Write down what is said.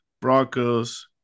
Broncos